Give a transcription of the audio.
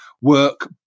Work